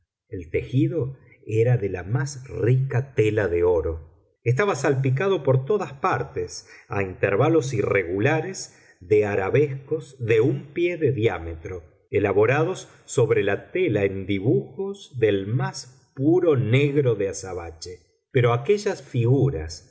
el tejido era de la más rica tela de oro estaba salpicado por todas partes a intervalos irregulares de arabescos de un pie de diámetro laborados sobre la tela en dibujos del más puro negro de azabache pero aquellas figuras